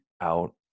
out